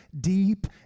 deep